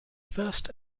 first